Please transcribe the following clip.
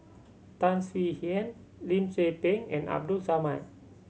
Tan Swie Hian Lim Tze Peng and Abdul Samad